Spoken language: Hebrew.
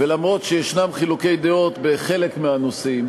וגם אם יש חילוקי דעות בחלק מהנושאים,